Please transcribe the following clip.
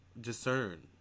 discern